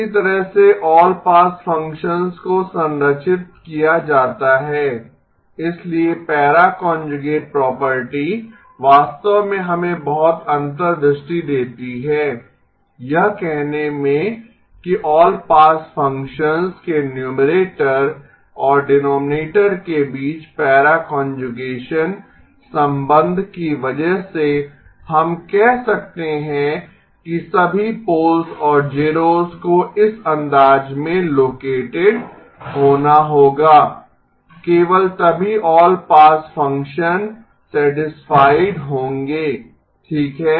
इसी तरह से ऑल पास फ़ंक्शन को संरचित किया जाता है इसलिए पैरा कांजुगेसन प्रॉपर्टी वास्तव में हमें बहुत अंतर्दृष्टि देती है यह कहने में कि ऑल पास फ़ंक्शन के न्यूमरेटर और डीनोमीनेटर के बीच पैरा कांजुगेसन संबंध की वजह से हम कह सकते हैं कि सभी पोल्स और ज़ेरोस को इस अंदाज में लोकेटेड होना होगा केवल तभी ऑल पास फ़ंक्शन सैटिस्फाइड होंगें ठीक है